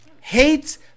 hates